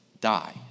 die